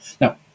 Now